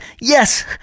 Yes